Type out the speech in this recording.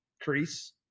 crease